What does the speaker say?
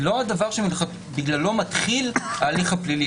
היא לא הדבר שבגללו מתחיל ההליך הפלילי.